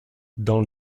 dans